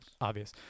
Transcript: Obvious